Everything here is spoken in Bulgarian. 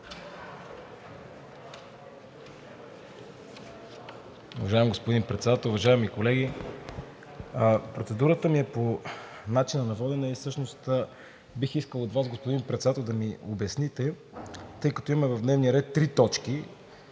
Уважаеми господин Председател, уважаеми колеги. Процедурата ми е по начина на водене и всъщност бих искал от Вас, господин Председател, да ми обясните. В дневния ред има три точки